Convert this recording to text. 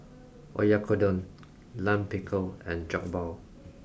Oyakodon Lime Pickle and Jokbal